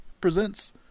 presents